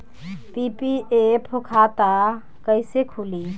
PPF खाता कैसे खुली?